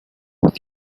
with